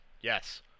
Yes